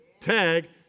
Tag